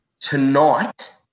Tonight